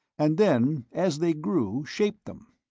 and then, as they grew, shaped them.